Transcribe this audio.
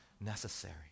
necessary